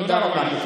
תודה רבה לך.